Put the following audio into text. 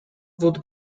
would